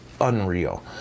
unreal